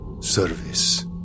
service